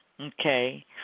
Okay